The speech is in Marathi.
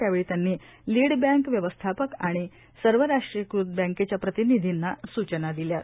यावेळी त्यांनी लीड बॅंक व्यवस्थापक आणि सर्व राष्ट्रीयकृत बँकेच्या प्रतिनिधीना सूचना दिल्यात